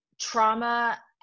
trauma